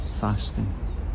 fasting